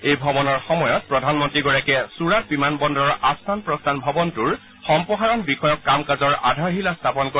এই ভ্ৰমণৰ সময়ত প্ৰধানমন্ত্ৰীগৰাকীয়ে চুৰাট বিমান বন্দৰৰ আস্থান প্ৰস্থান ভৱনটোৰ সম্প্ৰসাৰণ বিষয়ক কাম কাজৰ আধাৰশিলা স্থাপন কৰিব